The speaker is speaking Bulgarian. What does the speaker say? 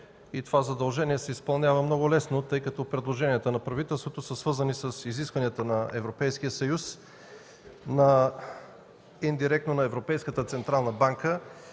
това задължение се изпълнява много лесно, тъй като те са свързани с изискванията на Европейския съюз, индиректно на Европейската централна банка